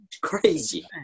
crazy